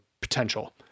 potential